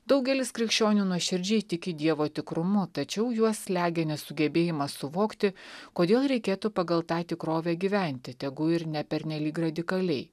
daugelis krikščionių nuoširdžiai tiki dievo tikrumu tačiau juos slegia nesugebėjimas suvokti kodėl reikėtų pagal tą tikrovę gyventi tegu ir ne pernelyg radikaliai